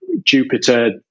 Jupiter